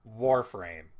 Warframe